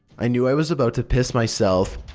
i knew i was about to piss myself,